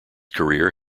career